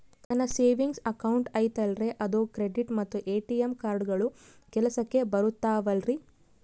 ನನ್ನ savings account ಐತಲ್ರೇ ಅದು ಕ್ರೆಡಿಟ್ ಮತ್ತ ಎ.ಟಿ.ಎಂ ಕಾರ್ಡುಗಳು ಕೆಲಸಕ್ಕೆ ಬರುತ್ತಾವಲ್ರಿ?